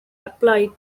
applied